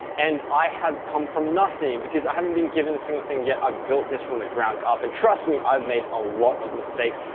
and i have come from nothing because i haven't been given a single thing yet i've built this from the ground up, and trust me i've made a lot of mistakes,